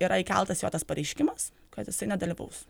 yra įkeltas jo tas pareiškimas kad jisai nedalyvaus